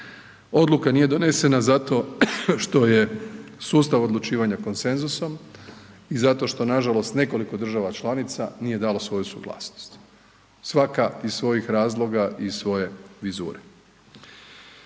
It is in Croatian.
Odluka nije donesena zato što je sustav odlučivanja koncensusom i zato što nažalost nekoliko država članica nije dalo svoju suglasnost, svaka iz svojih razloga i svoje vizure.